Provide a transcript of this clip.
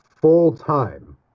full-time